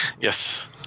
yes